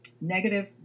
negative